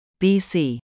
BC